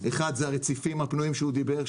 דבר אחד, זה הרציפים הפנויים שהוא דיבר עליהם.